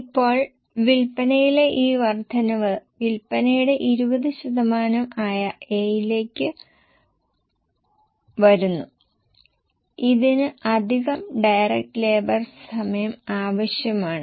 ഇപ്പോൾ വിൽപ്പനയിലെ ഈ വർദ്ധനവ് വിൽപ്പനയുടെ 20 ശതമാനം ആയ A ലേക്ക് വരുന്നു ഇതിന് അധികം ഡയറക്റ്റ് ലേബർ സമയം ആവശ്യമാണ്